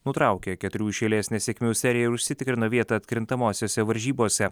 nutraukė keturių iš eilės nesėkmių seriją ir užsitikrino vietą atkrintamosiose varžybose